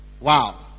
Wow